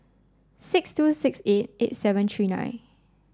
six two six eight eight seven three nine